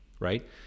right